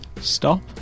stop